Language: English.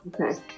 Okay